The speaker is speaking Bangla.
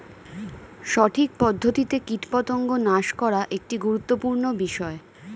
সঠিক পদ্ধতিতে কীটপতঙ্গ নাশ করা একটি গুরুত্বপূর্ণ বিষয়